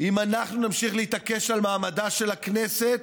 אם אנחנו נמשיך להתעקש על מעמדה של הכנסת,